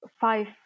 five